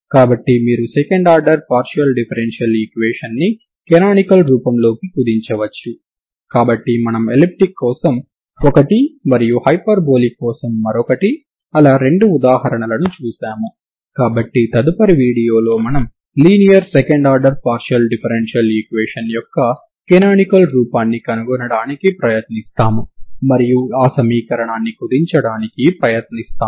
కాబట్టి మీరు second order partial differential ఈక్వేషన్ను కనానికల్ రూపంలోకి కుదించవచ్చు కాబట్టి మనము ఎలిప్టిక్ కోసం ఒకటి మరియు హైపర్బోలిక్ కోసం మరొకటి అలా రెండు ఉదాహరణలను చూశాము కాబట్టి తదుపరి వీడియోలో మనము linear second order partial differential equation యొక్క కనానికల్ రూపాన్ని కనుగొనడానికి ప్రయత్నిస్తాము మరియు ఆ సమీకరణాన్ని కుదించడానికి ప్రయత్నిస్తాము